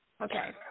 Okay